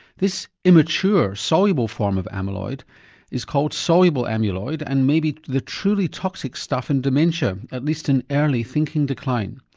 this immature soluble form of amyloid is called soluble amyloid and may be the truly toxic stuff in dementia at least in early thinking decline.